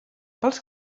pels